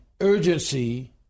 urgency